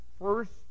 first